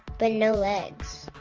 but no legs.